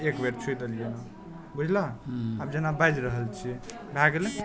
निवेश सेवा वित्तीय परिसंपत्ति प्रबंधन आ आन निवेश संबंधी सेवा सं संबंधित होइ छै